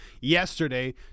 yesterday